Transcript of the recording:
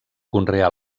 conreà